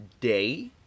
day